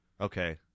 Okay